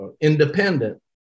independent